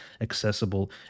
accessible